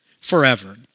forever